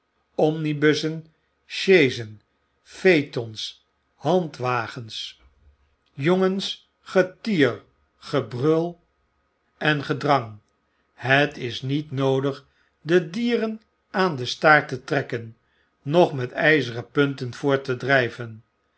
omnibussen sjeezen phaetons handwagens jongens getier gebrul en gedrang het is niet noodig de dieren aan den staart te trekken noch met tjzeren punten voort te drjjven